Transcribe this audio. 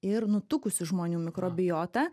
ir nutukusių žmonių mikrobiota